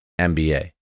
MBA